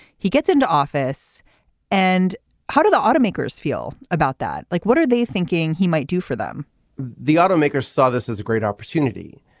he gets into office and how did the automakers feel about that. like what are they thinking he might do for them the automakers saw this as a great opportunity.